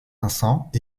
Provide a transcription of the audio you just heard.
vincent